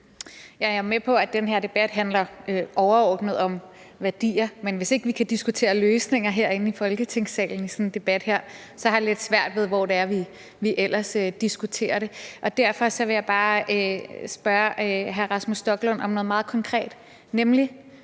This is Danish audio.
Jeg er med på, at den her debat overordnet handler om værdier, men hvis ikke vi kan diskutere løsninger herinde i Folketingssalen i sådan en debat her, har jeg lidt svært ved at se, hvor vi ellers kan diskutere det. Derfor vil jeg bare spørge hr. Rasmus Stoklund om noget meget konkret, nemlig: